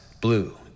blue